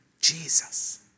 Jesus